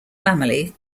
family